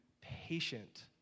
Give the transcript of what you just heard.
patient